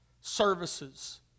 services